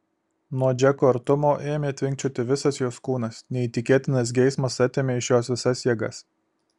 nuo džeko artumo ėmė tvinkčioti visas jos kūnas neįtikėtinas geismas atėmė iš jos visas jėgas